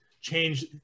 change